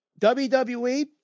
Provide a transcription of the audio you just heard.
WWE